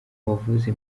wavuze